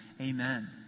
amen